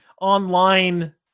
online